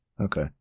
Okay